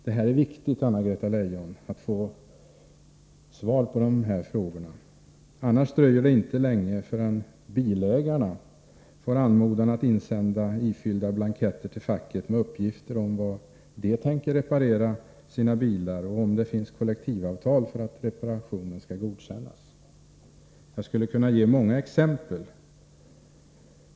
Det är viktigt att få svar på dessa frågor, Anna-Greta Leijon, för annars dröjer det inte länge förrän bilägarna får anmodan att insända ifyllda blanketter till facket med uppgifter om var de tänker reparera sina bilar och om det finns kollektivavtal för att reparationen skall kunna godkännas. Jag skulle kunna ge många exempel.